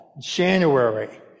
January